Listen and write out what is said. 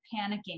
panicking